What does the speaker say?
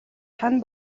хань